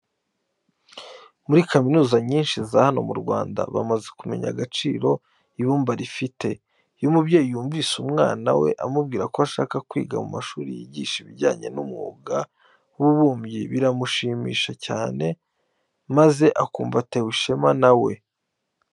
Muri kaminuza nyinshi za hano mu Rwanda bamaze kumenya agaciro ibumba rifite. Iyo umubyeyi yumvise umwana we amubwira ko ashaka kwiga mu mashuri yigisha ibijyanye n'umwuga w'ububumbyi biramushimisha cyane maze akumva atewe ishema na we.